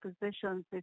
positions